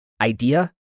idea